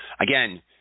Again